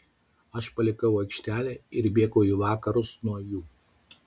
aš palikau aikštelę ir bėgau į vakarus nuo jų